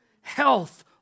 health